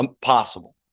possible